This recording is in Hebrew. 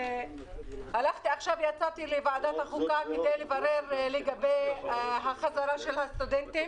יצאתי לוועדת החוקה כדי לברר לגבי חזרת הסטודנטים.